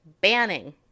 banning